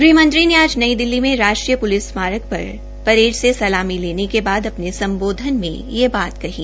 गृह मंत्री ने आज नई दिल्ली में राष्ट्रीय प्लिस स्मारक पर परेड से सलामी लेने के बाद अपने सम्बोधन में यह बात कही